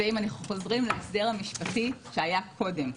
זה אם חוזרים להסדר המשפטי שהיה קודם.